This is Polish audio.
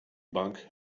bank